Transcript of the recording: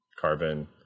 carbon